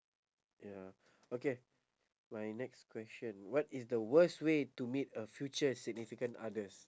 ya okay my next question what is the worst way to meet a future significant others